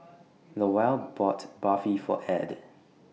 Lowell bought Barfi For Add